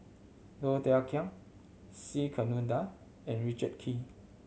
Low Thia Khiang C Kunalan and Richard Kee